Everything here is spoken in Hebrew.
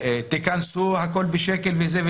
ומה אם